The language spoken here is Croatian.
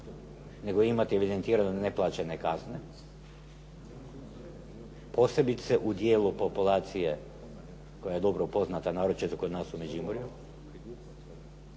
nego imati evidentirane neplaćene kazne. Posebice u dijelu populacije koja je dobro poznata, naročito kod nas u Međimurju.